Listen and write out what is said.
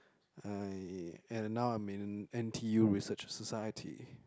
I and now I'm in N_T_U research society